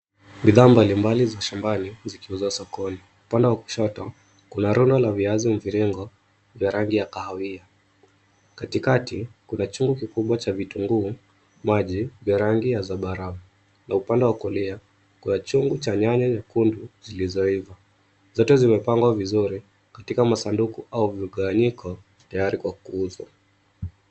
Bidhaa mbalimbali za shambani zikuzwa sokoni. Upande wa kushoto kuna rundo la viazi mviringo vya rangi ya kahawia. Katikati, kuna chungu kikubwa cha vitunguu maji vya rangi ya zambarau, na upande wa kulia kuna chungu cha nyanya nyekundu zilizoiva. Zote zimepangwa vizuri katika masunduku au viganwanyiko tayari kwa kuuzwa